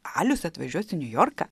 alius atvažiuos į niujorką